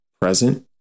Present